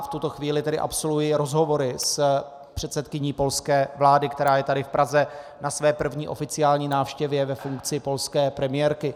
V tuto chvíli tedy absolvuji rozhovory s předsedkyní polské vlády, která je tady v Praze na své první oficiální návštěvě ve funkci polské premiérky.